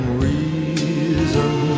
reason